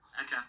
Okay